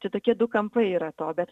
tai tokie du kampai yra to bet